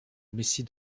messie